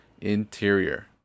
interior